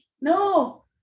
No